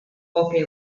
poche